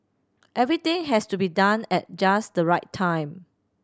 everything has to be done at just the right time